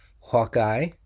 Hawkeye